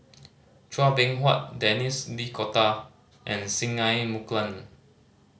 Chua Beng Huat Denis D'Cotta and Singai Mukilan